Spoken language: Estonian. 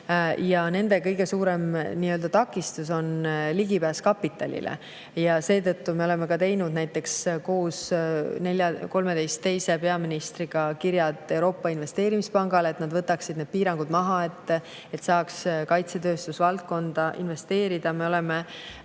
ja nende kõige suurem takistus on ligipääs kapitalile. Seetõttu me oleme teinud koos 13 teise peaministriga kirjad Euroopa Investeerimispangale, et nad võtaksid maha piirangud, mis ei luba kaitsetööstusvaldkonda investeerida. Me oleme